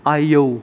आयौ